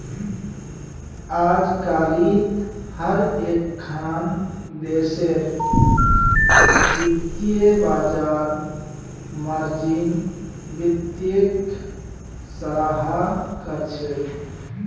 अजकालित हर एकखन देशेर वित्तीय बाजार मार्जिन वित्तक सराहा कर छेक